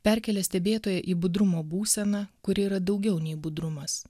perkelia stebėtoją į budrumo būseną kuri yra daugiau nei budrumas